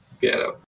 piano